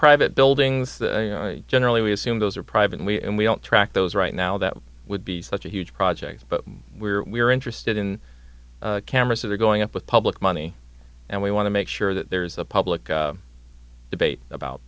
private buildings generally we assume those are privately and we don't track those right now that would be such a huge project but we're we are interested in cameras that are going up with public money and we want to make sure that there's a public debate about